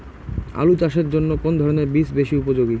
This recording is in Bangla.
আলু চাষের জন্য কোন ধরণের বীজ বেশি উপযোগী?